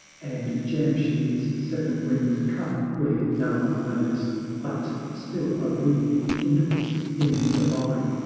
and jamshyd's sev'n-ring'd cup where no one knows but still a ruby kindles in the vine,